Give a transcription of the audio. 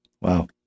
Wow